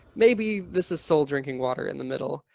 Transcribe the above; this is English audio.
maybe this is soul drinking water in the middle.